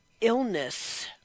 illness